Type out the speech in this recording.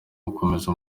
gukomeza